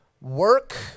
Work